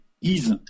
ease